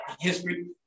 history